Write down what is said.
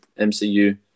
MCU